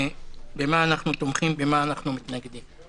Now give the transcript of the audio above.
במה אנחנו תומכים ולמה אנחנו מתנגדים.